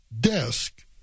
desk